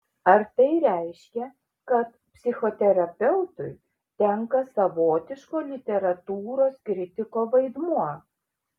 ar tai reiškia kad psichoterapeutui tenka savotiško literatūros kritiko vaidmuo